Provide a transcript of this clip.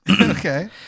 okay